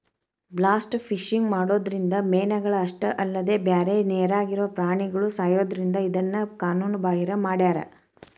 blast fishing ಮಾಡೋದ್ರಿಂದ ಮೇನಗಳ ಅಷ್ಟ ಅಲ್ಲದ ಬ್ಯಾರೆ ನೇರಾಗಿರೋ ಪ್ರಾಣಿಗಳು ಸಾಯೋದ್ರಿಂದ ಇದನ್ನ ಕಾನೂನು ಬಾಹಿರ ಮಾಡ್ಯಾರ